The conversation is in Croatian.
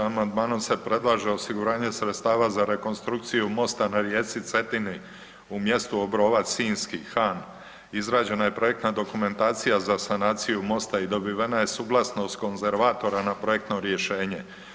Amandmanom se predlaže osiguranje sredstava za rekonstrukciju mosta na rijeci Cetini u mjestu Obrovac Sinjski-Han, izrađena je projekta dokumentacija za sanaciju mosta i dobivena je suglasnost konzervatora na projektno rješenje.